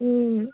ও